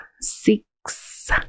six